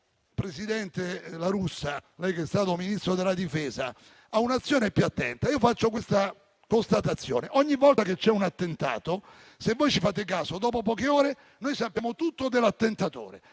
- presidente La Russa, lei è stato Ministro della difesa - a un'azione più attenta. Io faccio la seguente constatazione: ogni volta che c'è un attentato, se voi ci fate caso, dopo poche ore noi sappiamo tutto dell'attentatore,